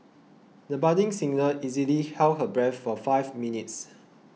the budding singer easily held her breath for five minutes